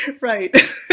Right